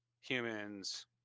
humans